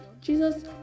Jesus